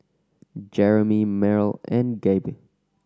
Jeromy Myrle and Gabe